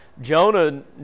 jonah